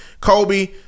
Kobe